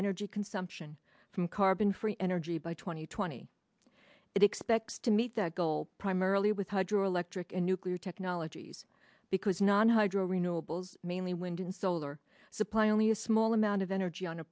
energy consumption from carbon free energy by two thousand and twenty it expects to meet that goal primarily with hydro electric and nuclear technologies because non hydro renewables mainly wind and solar supply only a small amount of energy on